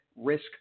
Risk